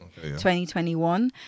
2021